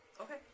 Okay